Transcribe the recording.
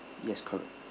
yes correct